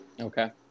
okay